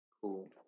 Cool